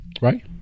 right